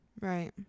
Right